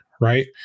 right